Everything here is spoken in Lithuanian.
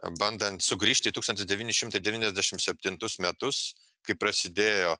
bandant sugrįžti į tūkstantis devyni šimtai devyniasdešim septintus metus kai prasidėjo